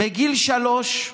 בגיל שלוש,